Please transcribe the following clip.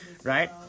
Right